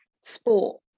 sport